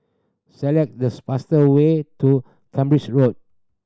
select this fastest way to Cambridge Road